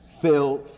filth